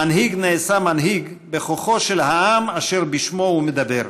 מנהיג נעשה מנהיג בכוחו של העם אשר בשמו הוא מדבר.